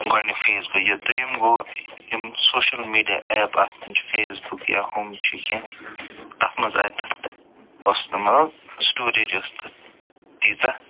گۄڈنیُک فیس گوٚو یہِ یِم سوشل میٖڈیا اٮ۪پ اتھ چھِ فیس بُک یا ہُم چھِ کیٚنٛہہ تتھ منٛز آے تتھ مطلب سِٹوریج ٲس تتھ تیٖژاہ